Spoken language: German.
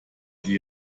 die